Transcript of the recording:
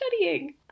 studying